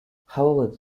however